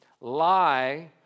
lie